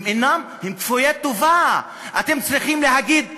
הם כפויי טובה: אתם צריכים להגיד תודה.